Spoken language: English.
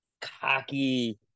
cocky